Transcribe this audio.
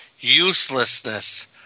uselessness